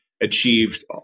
achieved